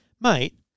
Mate